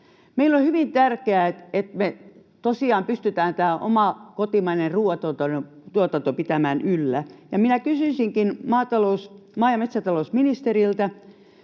Meille on hyvin tärkeää, että me tosiaan pystytään tämä oma kotimainen ruoantuotanto pitämään yllä. Minä kysyisinkin maa‑ ja metsätalousministeriltä: